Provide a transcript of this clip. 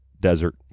desert